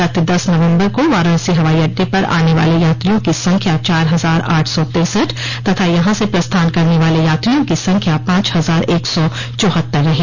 गत दस नवम्बर को वाराणसी हवाई अड्डे पर आने वाले यात्रियों की संख्या चार हजार आठ सौ तिरसठ तथा यहां से प्रस्थान करने वाले यात्रियों की संख्या पांच हजार एक सौ चौहत्तर रही